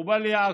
הוא בא ליעקב,